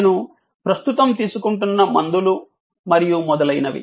నేను ప్రస్తుతం తీసుకుంటున్న మందులు మరియు మొదలైనవి